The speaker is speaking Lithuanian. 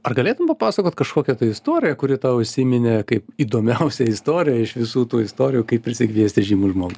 ar galėtum papasakot kažkokią istoriją kuri tau įsiminė kaip įdomiausią istoriją iš visų tų istorijų kaip prisikviesti žymų žmogų